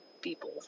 people